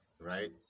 right